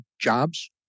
jobs